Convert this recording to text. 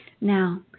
Now